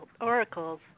Oracles